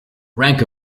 rank